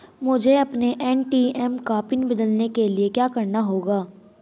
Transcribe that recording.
मुझे अपने ए.टी.एम का पिन बदलने के लिए क्या करना होगा?